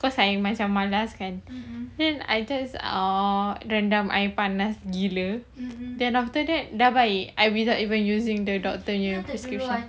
cause I macam malas kan then I just oh rendam air panas gila then after that dah baik I without even using the doctor punya prescription